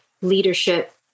leadership